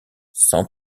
cent